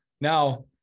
now